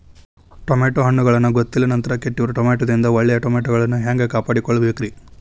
Tomato ಹಣ್ಣುಗಳನ್ನ ಗೊತ್ತಿಲ್ಲ ನಂತರ ಕೆಟ್ಟಿರುವ ಟಮಾಟೊದಿಂದ ಒಳ್ಳೆಯ ಟಮಾಟೊಗಳನ್ನು ಹ್ಯಾಂಗ ಕಾಪಾಡಿಕೊಳ್ಳಬೇಕರೇ?